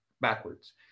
backwards